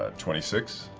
ah twenty six.